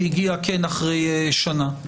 שהגיעה אחרי שנה.